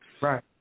Right